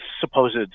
supposed